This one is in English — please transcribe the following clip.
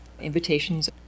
invitations